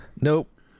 Nope